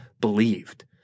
believed